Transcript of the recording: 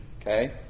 Okay